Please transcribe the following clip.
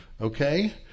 okay